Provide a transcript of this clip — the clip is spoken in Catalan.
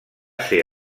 ser